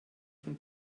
von